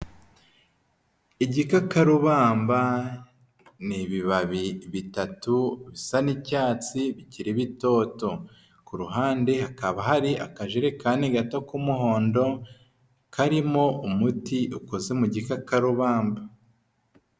Igikakarubamba ni ibibabi bitatu bisa n'icyatsi bikiri bitoto, ku ruhande hakaba hari akajerekani gato k'umuhondo karimo umuti ukoze mu gikakarubamba.